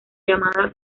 llamada